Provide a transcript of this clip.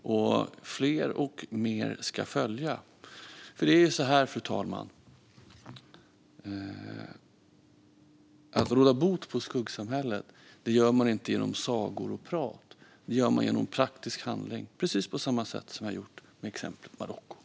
Fler och mer ska följa. Det är nämligen så här, fru talman: Råda bot på skuggsamhället gör man inte genom sagor och prat. Det gör man genom praktisk handling, precis på samma sätt som vi har gjort i exemplet Marocko.